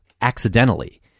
accidentally